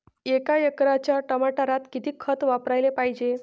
एका एकराच्या टमाटरात किती खत वापराले पायजे?